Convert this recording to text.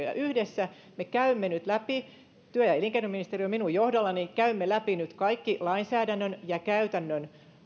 ja yhdessä me käymme nyt läpi työ ja elinkeinoministeriö minun johdollani kaikki lainsäädännön ja käytännön